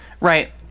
right